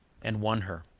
and won her.